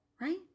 right